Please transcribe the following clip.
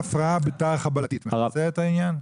ההגדרה הפרעה בתר-חבלתית מכסה את העניין?